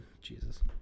Jesus